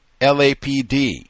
LAPD